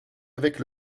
avec